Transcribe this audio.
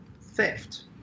theft